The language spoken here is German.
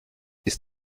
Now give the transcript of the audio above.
ist